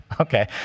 Okay